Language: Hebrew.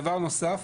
דבר נוסף,